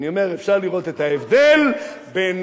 אני אומר: אפשר לראות את ההבדל, איזו שמחה?